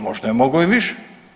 Možda je mogao i više.